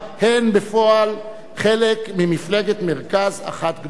הן בפועל חלק ממפלגת מרכז אחת גדולה.